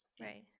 Right